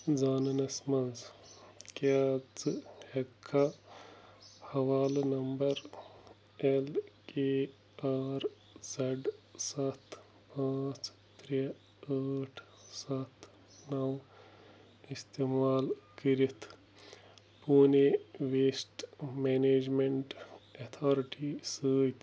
زانٛنَس منٛز کیٛاہ ژٕ ہٮ۪کھا حوالہٕ number L K R Z سَتھ پانٛژھ ترٛےٚ ٲٹھ سَتھ نَو استعمال کٔرِتھ پۄنٕے ویشٹ مَنیجمیٚنٹ ایٚتھارٹی سۭتۍ